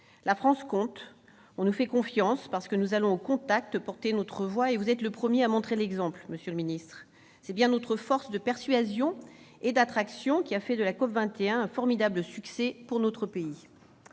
La France compte ! On nous fait confiance, parce que nous allons au contact porter notre voix, et vous êtes le premier à montrer l'exemple. C'est bien notre force de persuasion et d'attraction qui a fait de la COP21 un formidable succès pour notre pays.